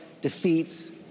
defeats